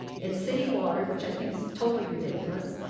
in city water which i think is totally ridiculous,